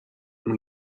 اون